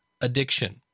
addiction